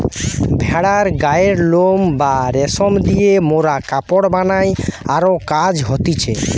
ভেড়ার গায়ের লোম বা রেশম দিয়ে মোরা কাপড় বানাই আরো কাজ হতিছে